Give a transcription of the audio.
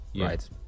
Right